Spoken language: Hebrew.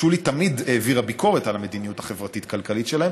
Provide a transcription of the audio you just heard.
שולי תמיד העבירה ביקורת על המדיניות החברתית-כלכלית שלהם,